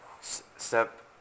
Step